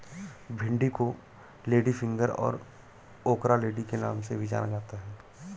भिन्डी को लेडीफिंगर और ओकरालेडी के नाम से भी जाना जाता है